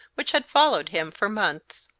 which had followed him for months.